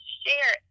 share